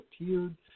appeared